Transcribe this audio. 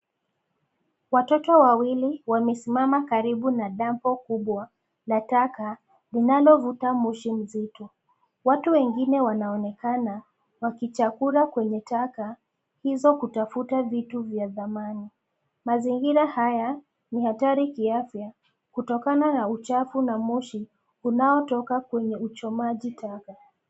Watoto wawili wamesimama karibu na dampo kubwa la taka, linalovuta moshi muzito. Watu wengine wanaonekana wakichakura kwenye taka hizo kutafuta vitu vya thamani. Mazingira haya, ni hatari kiafya, kutokana na uchafu na moshi, unaotoka kwenye uchomaji taka.